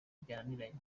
byananiranye